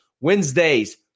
Wednesdays